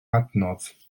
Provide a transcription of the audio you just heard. adnodd